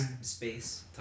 space